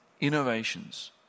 innovations